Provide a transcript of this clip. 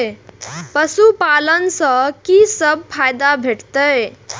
पशु पालन सँ कि सब फायदा भेटत?